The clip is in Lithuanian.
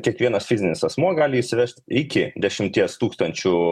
kiekvienas fizinis asmuo gali įsivežt iki dešimties tūkstančių